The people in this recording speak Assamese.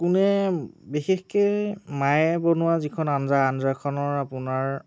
কোনে বিশেষকৈ মায়ে বনোৱা যিখন আঞ্জা আঞ্জাখনৰ আপোনাৰ